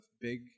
big